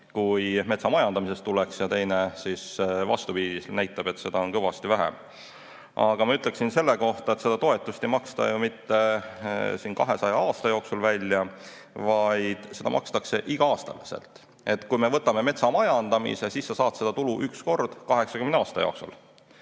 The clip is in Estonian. kui metsamajandamisest tuleks, ja teine, vastupidi, näitab, et seda on kõvasti vähem. Ma ütleksin selle kohta, et seda toetust ei maksta ju mitte 200 aasta jooksul välja, vaid seda makstakse igal aastal. Kui me võtame metsamajandamise ja siis sa saad seda tulu üks kord 80 aasta jooksul,